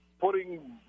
putting –